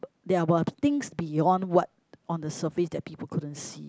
there were things beyond what on the surface that people couldn't see